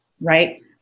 Right